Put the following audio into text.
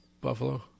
Buffalo